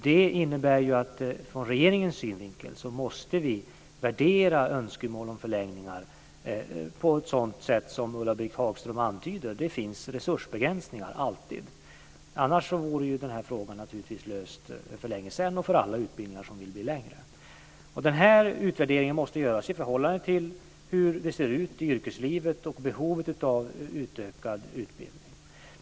Det innebär att vi från regeringens synvinkel måste värdera önskemål om förlängningar på ett sådant sätt som Ulla Britt Hagström antyder. Det finns alltid resursbegränsningar, annars vore den frågan naturligtvis löst för länge sedan och för alla utbildningar som vill bli längre. Den här utvärderingen måste göras i förhållande till hur det ser ut i yrkeslivet och behovet av utökad utbildning.